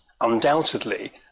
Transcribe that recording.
undoubtedly